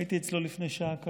הייתי אצלו לפני שעה קלה.